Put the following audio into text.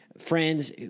friends